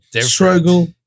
struggle